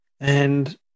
and-